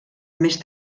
més